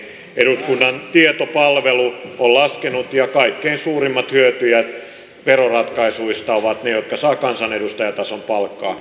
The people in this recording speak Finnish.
eduskunnan tietopalvelu on laskenut tämän ja kaikkein suurimmat hyötyjät veroratkaisuista ovat ne jotka saavat kansanedustajatason palkkaa